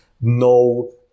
no